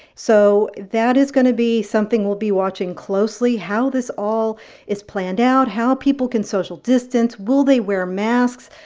so that is going to be something we'll be watching closely how this all is planned out, how people can social distance. will they wear masks?